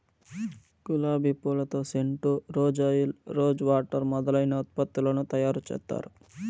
గులాబి పూలతో scent, rose oil, rose water మొదలైన ఉత్పత్తులను తయారు చేత్తారు